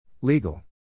Legal